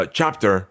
Chapter